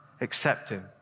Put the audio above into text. accepting